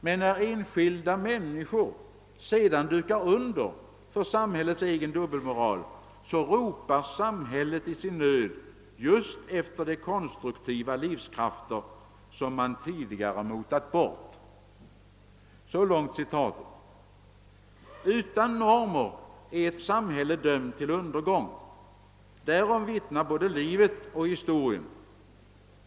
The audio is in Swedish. Men när enskilda människor sedan dukar under för samhällets egen dubbelmoral, så ropar samhället i sin nöd just efter de konstruktiva livskrafter som man tidigare motat bort.» Utan normer är ett samhälle dömt till undergång; därom vittnar både livet och historien.